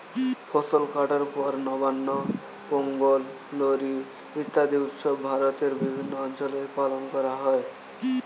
ফসল কাটার পর নবান্ন, পোঙ্গল, লোরী ইত্যাদি উৎসব ভারতের বিভিন্ন অঞ্চলে পালন করা হয়